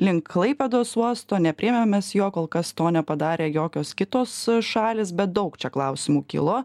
link klaipėdos uosto nepriėmėm mes jo kol kas to nepadarė jokios kitos šalys bet daug klausimų kilo